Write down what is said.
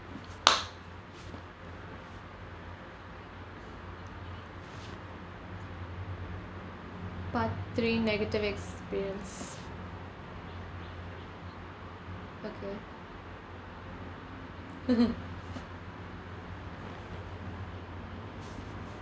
part three negative experience okay